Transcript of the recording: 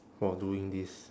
for doing this